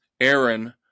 Aaron